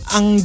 Ang